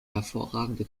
hervorragende